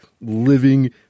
living